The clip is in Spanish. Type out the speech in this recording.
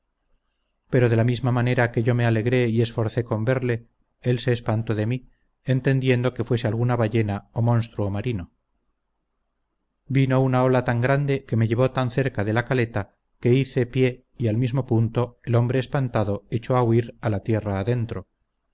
pero de la misma manera que yo me alegré y esforcé con verle él se espantó de mí entendiendo que fuese alguna ballena o monstruo marino vino una ola tan grande que me llevó tan cerca de la caleta que hice pie y al mismo punto el hombre espantado echó a huir a la tierra adentro